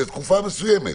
לתקופה מסוימת,